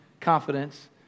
confidence